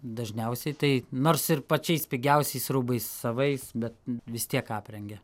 dažniausiai tai nors ir pačiais pigiausiais rūbais savais bet vis tiek aprengia